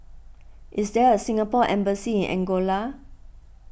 is there a Singapore Embassy in Angola